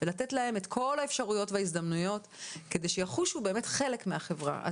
ולתת להם את כל האפשרויות וההזדמנויות כדי שיחושו באמת חלק מהחברה.